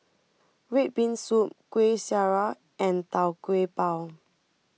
Red Bean Soup Kueh Syara and Tau Kwa Pau